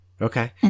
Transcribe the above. Okay